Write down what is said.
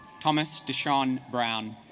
thomas desean brown